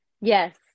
Yes